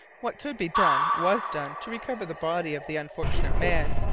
what could be done was done to recover the body of the unfortunate man,